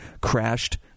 crashed